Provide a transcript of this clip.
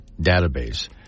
database